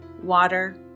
water